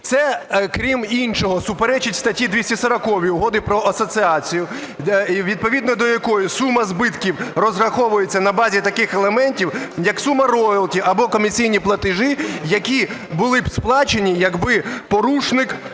Це, крім іншого, суперечить статті 240 Угоди про асоціацію, відповідно до якої сума збитків розраховується на базі таких елементів, як сума роялті або комісійні платежі, які були б сплачені, якби порушник